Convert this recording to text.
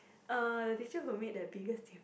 uh the teacher who made the biggest diff~